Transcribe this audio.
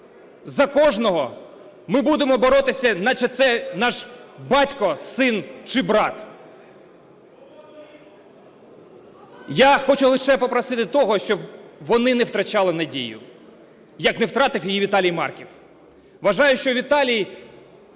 за кожного ми будемо боротися, наче це наш батько, син чи брат. Я хочу лише попросити того, щоб вони не втрачали надію, як не втратив її Віталій Марків. Вважаю, що Віталій